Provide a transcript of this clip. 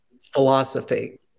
philosophy